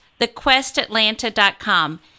thequestatlanta.com